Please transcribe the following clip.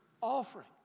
offering